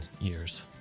years